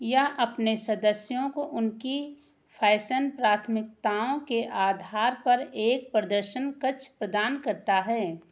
यह अपने सदस्यों को उनकी फैशन प्राथमिकताओं के आधार पर एक प्रदर्शन कक्ष प्रदान करता है